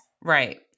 Right